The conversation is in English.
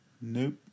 Nope